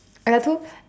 and I told